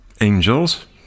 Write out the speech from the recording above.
angels